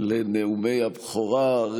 לנאומי הבכורה.